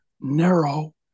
narrow